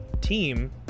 team